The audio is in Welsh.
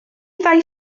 ddau